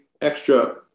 extra